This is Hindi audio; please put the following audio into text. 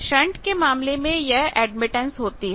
शंट के मामले में यह एडमिटेंस होती है